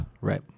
Right